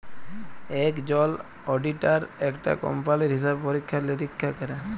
একজল অডিটার একটা কম্পালির হিসাব পরীক্ষা লিরীক্ষা ক্যরে